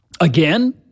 Again